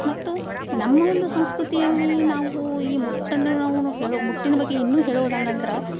ಮತ್ತು ನಮ್ಮ ಒಂದು ಸಂಸ್ಕೃತಿಯಲ್ಲಿ ನಾವೂ ಈ ಮುಟ್ಟನ್ನು ನಾವು ಹೇಳು ಮುಟ್ಟಿನ ಬಗ್ಗೆ ಇನ್ನೂ ಹೇಳುವುದು ಅಂದಂದ್ರೆ